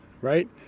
right